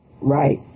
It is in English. right